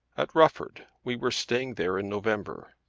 at rufford. we were staying there in november.